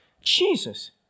Jesus